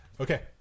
Okay